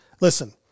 listen